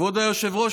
כבוד היושב-ראש,